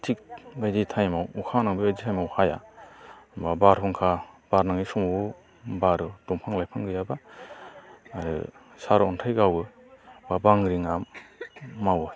थिग बायदि टाइमाव अखा हानांगौ बेबादि टाइमाव हाया बा बारहुंखा बारनाय समाव बारो दंफा लाइफां गैयाब्ला आरो सार'न्थाइ गावो बा बांग्रिंआ मावो